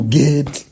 get